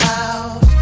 out